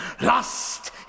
Lost